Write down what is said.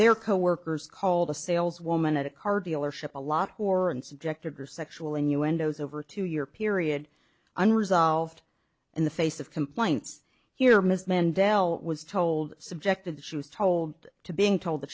their coworkers called a saleswoman at a car dealership a lot who are in subjected to sexual innuendoes over two year period unresolved in the face of complaints here miss mendell was told subjected she was told to being told that